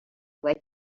like